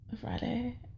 Friday